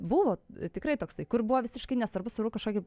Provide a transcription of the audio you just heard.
buvo tikrai toksai kur buvo visiškai nesvarbu svarbu kažkokį